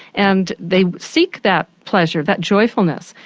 and they seek that pleasure, that joyfulness.